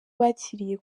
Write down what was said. bakiriye